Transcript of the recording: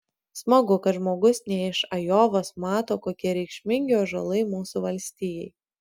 smagu kad žmogus ne iš ajovos mato kokie reikšmingi ąžuolai mūsų valstijai